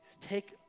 Take